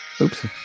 Oops